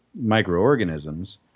microorganisms